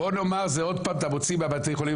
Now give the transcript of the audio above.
בוא נאמר: עוד פעם אתה מוציא מבתי החולים